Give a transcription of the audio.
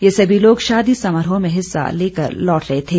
ये सभी लोग शादी समारोह में हिस्सा लेकर लौट रहे थे